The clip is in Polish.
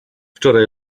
wczoraj